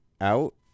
out